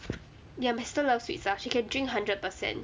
ya my sister loves sweet stuff she can drink hundred percent